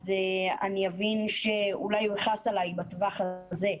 אז אני אבין שאולי הוא יכעס עלי בטווח הזה,